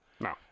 No